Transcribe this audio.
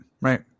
Right